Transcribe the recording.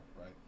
right